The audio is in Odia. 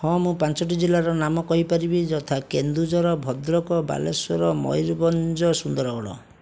ହଁ ମୁଁ ପାଞ୍ଚଟି ଜିଲ୍ଲାର ନାମ କହିପାରିବି ଯଥା କେନ୍ଦୁଝର ଭଦ୍ରକ ବାଲେଶ୍ୱର ମୟୁରଭଞ୍ଜ ସୁନ୍ଦରଗଡ଼